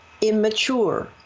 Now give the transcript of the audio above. immature